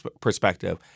perspective